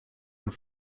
and